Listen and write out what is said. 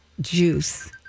Juice